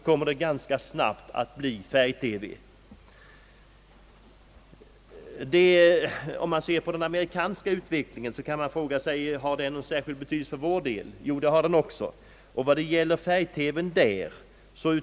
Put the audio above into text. Man kan vidare fråga sig om den amerikanska utvecklingen har någon betydelse för vårt vidkommande. Jag vill påstå att så är fallet.